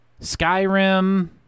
Skyrim